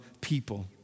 people